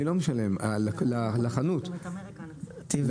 אני לא משלם, זה החנות --- יפה.